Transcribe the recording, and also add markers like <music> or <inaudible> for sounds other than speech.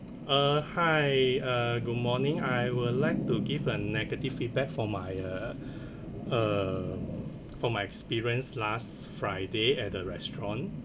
uh hi uh good morning I would like to give a negative feedback for my uh <breath> uh for my experience last friday at the restaurant